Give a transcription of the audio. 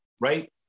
Right